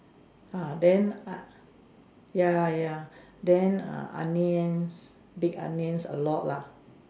ah then I ya ya then err onions big onions a lot lah